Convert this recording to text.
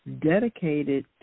dedicated